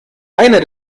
einer